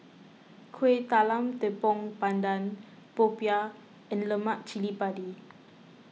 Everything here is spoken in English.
Kueh Talam Tepong Pandan Popiah and Lemak Cili Padi